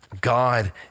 God